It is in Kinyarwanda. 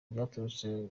byaturutse